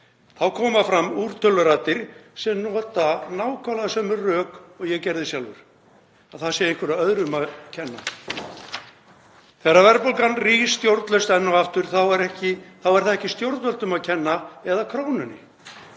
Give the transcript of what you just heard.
þá koma fram úrtöluraddir sem nota nákvæmlega sömu rök og ég gerði sjálfur; að það sé einhverjum öðrum að kenna. Þegar verðbólgan rís stjórnlaust enn og aftur þá er það ekki stjórnvöldum að kenna eða krónunni.